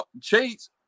Chase